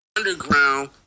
underground